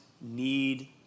need